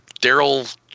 Daryl